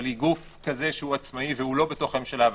אבל היא גוף כזה שהוא עצמאי והוא לא בתוך הממשלה,